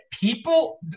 people –